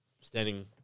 standing